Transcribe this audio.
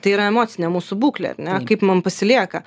tai yra emocinė mūsų būklė ar ne kaip mum pasilieka